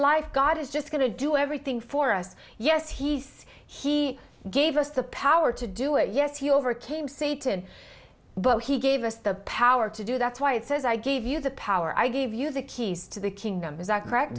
life god is just going to do everything for us yes he's he gave us the power to do it yes he overcame satan but he gave us the power to do that's why it says i give you the power i give you the keys to the kingdom is that correct